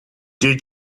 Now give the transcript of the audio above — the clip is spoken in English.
did